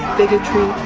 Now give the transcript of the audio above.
bigotry,